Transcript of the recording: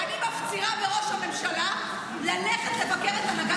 אני מפצירה בראש הממשלה ללכת לבקר את הנגד